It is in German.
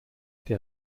der